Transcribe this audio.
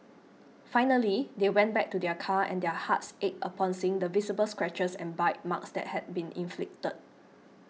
finally they went back to their car and their hearts ached upon seeing the visible scratches and bite marks that had been inflicted